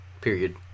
Period